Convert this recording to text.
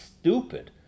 stupid